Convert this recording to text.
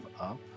up